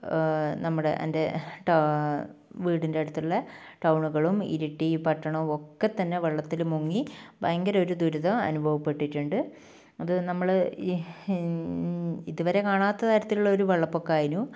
നമ്മുടെ എൻ്റെ വീടിൻ്റെ അടുത്തുള്ള ടൗണുകളും ഇരിട്ടി പട്ടണം ഒക്കെ തന്നെ വെള്ളത്തിൽ മുങ്ങി ഭയങ്കര ഒരു ദുരിതം അനുഭവപ്പെട്ടിട്ടുണ്ട് അത് നമ്മൾ ഇതുവരെ കാണാത്ത തരത്തിലുള്ള ഒരു വെള്ളപ്പൊക്കമായിരുന്നു